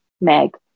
Meg